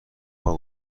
بار